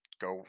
go